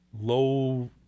low